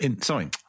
Sorry